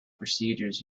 procedures